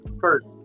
first